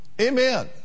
Amen